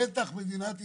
בטח מדינת ישראל,